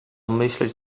myśleć